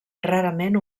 rarament